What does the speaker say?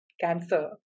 cancer